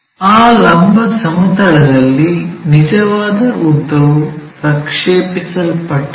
ಆ ಲಂಬ ಸಮತಲದಲ್ಲಿ ನಿಜವಾದ ಉದ್ದವು ಪ್ರಕ್ಷೇಪಿಸಲ್ಪಟ್ಟಿದೆ